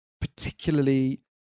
particularly